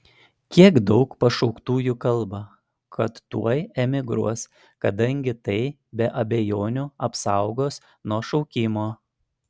kiek daug pašauktųjų kalba kad tuoj emigruos kadangi tai be abejonių apsaugos nuo šaukimo